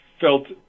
felt